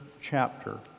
chapter